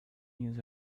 years